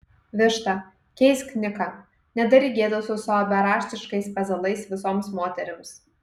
višta keisk niką nedaryk gėdos su savo beraštiškais pezalais visoms moterims